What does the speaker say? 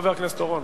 חבר הכנסת אורון,